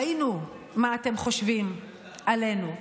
ראינו מה אתם חושבים עלינו,